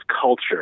culture